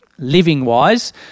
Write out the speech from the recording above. Living-wise